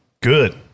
Good